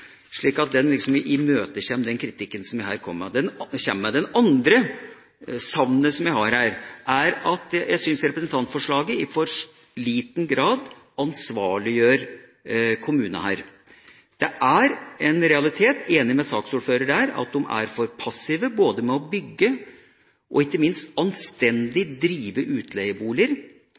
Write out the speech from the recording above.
slik at den imøtekommer den kritikken som jeg her kommer med. Det andre savnet jeg har her, er at jeg syns representantforslaget i for liten grad ansvarliggjør kommunene. Det er en realitet – jeg er enig med saksordføreren her – at de er for passive når det gjelder å bygge og ikke minst drive utleieboliger